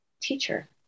teacher